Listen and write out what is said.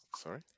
Sorry